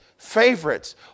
Favorites